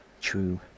true